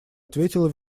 ответила